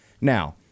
Now